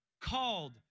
called